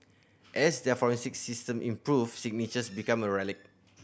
as their forensic system improved signatures became a relic